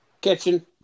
kitchen